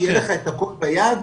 שיהיה לך הכול בסדר,